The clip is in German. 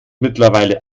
mittlerweile